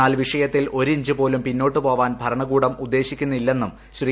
എന്നാൽ വിഷയത്തിൽ ഒരിഞ്ചു പോലും പിന്നോട്ടു പോവാൻ ഭർണ്കൂടം ഉദ്ദേശിക്കുന്നില്ലെന്നും ശ്രീ